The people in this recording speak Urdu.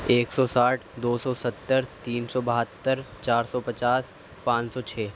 ایک سو ساٹھ دو سو ستّر تین سو بہتّر چار سو پچاس پانچ سو چھ